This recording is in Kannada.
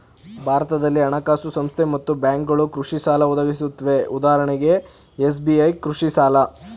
ಭಾರತದಲ್ಲಿ ಹಣಕಾಸು ಸಂಸ್ಥೆ ಮತ್ತು ಬ್ಯಾಂಕ್ಗಳು ಕೃಷಿಸಾಲ ಒದಗಿಸುತ್ವೆ ಉದಾಹರಣೆಗೆ ಎಸ್.ಬಿ.ಐ ಕೃಷಿಸಾಲ